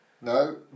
no